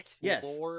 Yes